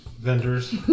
Vendors